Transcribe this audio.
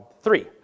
Three